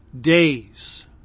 days